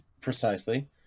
precisely